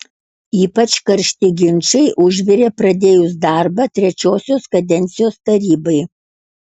ypač karšti ginčai užvirė pradėjus darbą trečiosios kadencijos tarybai